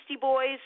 Boys